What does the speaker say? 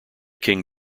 king